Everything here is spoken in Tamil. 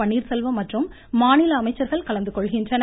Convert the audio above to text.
பன்னீர்செல்வம் மற்றும் மாநில அமைச்சர்கள் கலந்துகொள்கின்றனர்